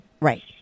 Right